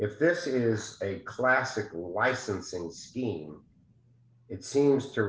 if this is a classical licensing scheme it seems to